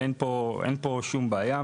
ואין פה שום בעיה.